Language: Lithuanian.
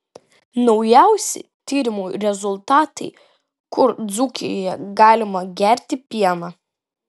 naujausi tyrimų rezultatai kur dzūkijoje galima gerti pieną